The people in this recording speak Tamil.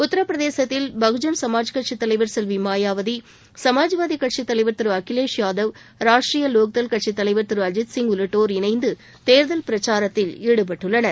உத்தரப் பிரதேசத்தில் பகுஜன் சமாஜ் கட்சித் தலைவர் செல்வி மாயாவதி சமாஜ்வாதி கட்சித் தலைவர் திரு அகிலேஷ் யாதவ் ராஷ்ட்டிரிய வோக்தள் கட்சித் தலைவர் திரு அஜித் சிங் உள்ளிட்டோர் இணைந்து தேர்தல் பிரச்சாரத்தில் ஈடுபட்டுள்ளனர்